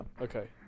Okay